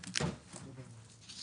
ב-25'.